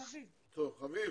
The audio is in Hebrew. חביב,